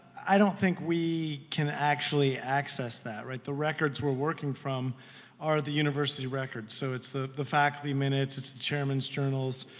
i don't think we can actually access that. the records we're working from are the university records. so it's the the faculty minutes, it's the chairman's journals,